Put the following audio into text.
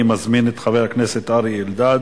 אני מזמין את חבר הכנסת אריה אלדד.